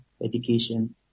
Education